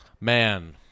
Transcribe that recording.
Man